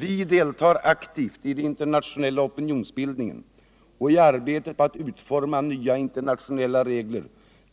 Vi deltar aktivt i den internationella opinionsbildningen och i arbetet på att utforma nya internationella regler